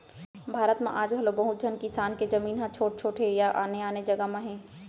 भारत म आज घलौ बहुत झन किसान के जमीन ह छोट छोट हे या आने आने जघा म हे